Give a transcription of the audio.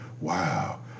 wow